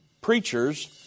preachers